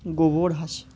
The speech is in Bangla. গোবর হাসে